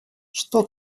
что